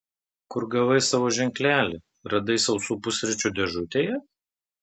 kur gavai savo ženklelį radai sausų pusryčių dėžutėje